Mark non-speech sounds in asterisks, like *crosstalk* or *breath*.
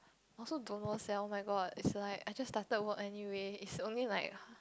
also don't know sell oh-my-god it's like I just started work anyway is only like *breath*